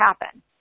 happen